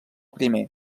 primer